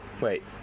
wait